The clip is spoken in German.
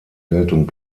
geltung